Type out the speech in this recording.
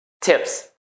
Tips